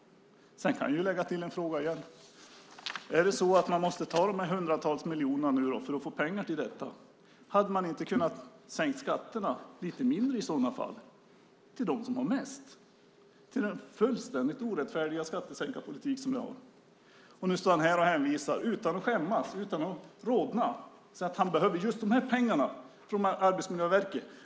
Jag kan lägga till en fråga ytterligare. Är det så att man måste ta de här hundratals miljonerna nu för att få pengar till detta? Hade man inte i stället kunnat sänka skatterna lite mindre för dem som har mest? Det är en fullständigt orättfärdig skattesänkarpolitik som ni har. Och nu står ministern här utan att skämmas och rodna och säger att han behöver just pengarna från Arbetsmiljöverket.